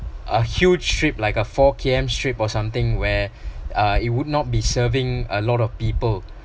uh huge strip like a four K_M strip or something where uh it would not be serving a lot of people